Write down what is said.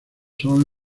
son